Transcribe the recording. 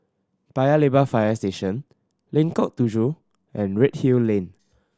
Paya Lebar Fire Station Lengkok Tujoh and Redhill Lane